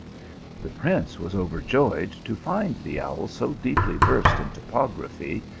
the prince was overjoyed to find the owl so deep ly versed in topography,